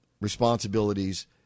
responsibilities